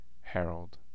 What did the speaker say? Harold